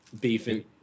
beefing